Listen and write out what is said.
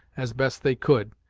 as best they could,